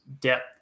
depth